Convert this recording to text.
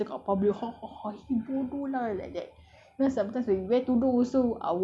but sometimes we tend to forget like sometimes you know kita dekat public eh bodoh lah like that